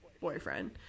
boyfriend